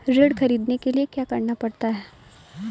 ऋण ख़रीदने के लिए क्या करना पड़ता है?